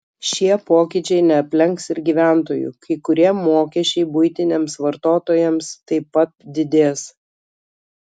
šie pokyčiai neaplenks ir gyventojų kai kurie mokesčiai buitiniams vartotojams taip pat didės